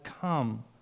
come